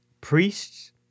priests